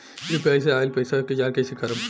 UPI से आइल पईसा के जाँच कइसे करब?